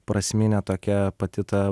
prasminė tokia pati ta